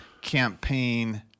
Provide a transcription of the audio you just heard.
campaign